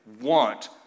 want